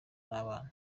n’abana